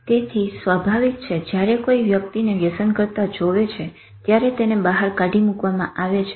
તેથી સ્વાભાવિક છે જયારે કોઈ વ્યક્તિને વ્યસન કરતા જોવે છે ત્યારે તેને બહાર કાઢી મુકવામાં આવે છે